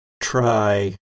try